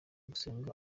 gusenga